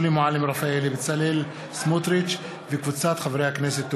שולי מועלם-רפאלי ובצלאל סמוטריץ וקבוצת חברי הכנסת.